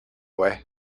way